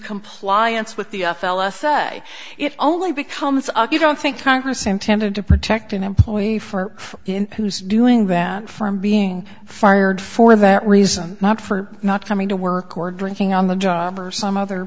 compliance with the fellas say it only becomes you don't think congress intended to protect an employee for in who's doing that firm being fired for that reason not for not coming to work or drinking on the job or some other